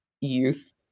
youth